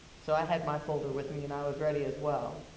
so i had my folder with me, and i was ready as well.